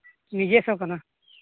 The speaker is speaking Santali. ᱱᱤᱡᱮᱥᱥᱚ ᱠᱟᱱᱟ